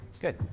Good